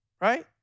right